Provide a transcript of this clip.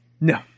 No